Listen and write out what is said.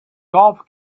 golf